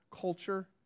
culture